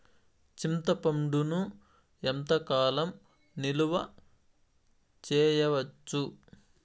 చింతపండును ఎంత కాలం నిలువ చేయవచ్చు?